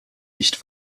nicht